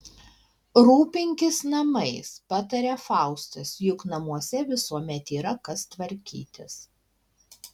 rūpinkis namais pataria faustas juk namuose visuomet yra kas tvarkytis